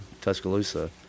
Tuscaloosa